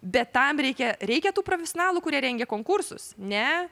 bet tam reikia reikia tų profesionalų kurie rengia konkursus ne